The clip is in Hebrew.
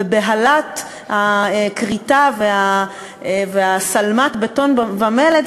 בבהלת הכריתה וה"שלמת בטון ומלט",